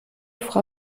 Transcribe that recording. frau